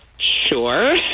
Sure